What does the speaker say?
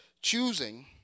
choosing